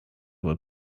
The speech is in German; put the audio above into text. wohl